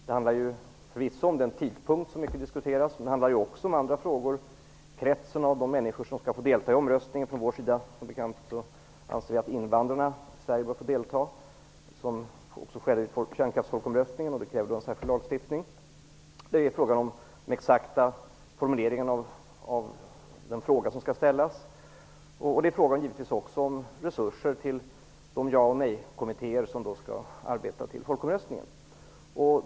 Det handlar ju förvisso om tidpunkten men även om andra frågor, t.ex. kretsen av de människor som skall få delta i omröstningen -- som bekant anser vi att invandrarna i Sverige bör få delta, i likhet med vad som gällde under folkomröstningen om kärnkraft, vilket krävde en särskild lagstiftning -- och de exakta formuleringarna av den fråga som skall ställas. Det är också givetvis fråga om de resurser som skall ställas till förfogande för de jaoch nej-kommittéer som skall arbeta inför folkomröstningen.